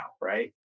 right